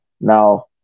now